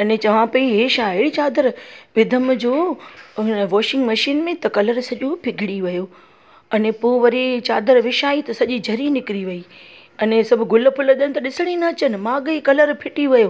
अने चवां पई हे छा इहा अहिड़ी चादरु विधमि जो वॉशिंग मशीन में त कलर सॼो बिगिड़ी वियो अने पोइ वरी चादरु विशाई त सॼी ज़री निकिरी वई अने सभु गुल फुल ॼण त ॾिसण ई न अचन मांॻई कलर फिटी वियो